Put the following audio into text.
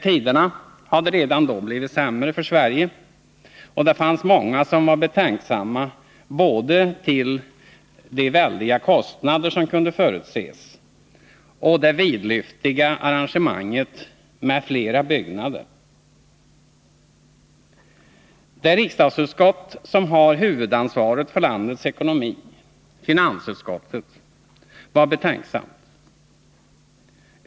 Tiderna hade redan då blivit sämre för Sverige, och det fanns många som var betänksamma till både de väldiga kostnader som kunde förutses och det vidlyftiga arrangemanget med flera byggnader. Det riksdagsutskott som har huvudansvaret för landets ekonomi, finansutskottet, var betänksamt.